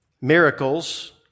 miracles